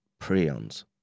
prions